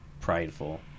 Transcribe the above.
prideful